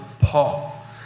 Paul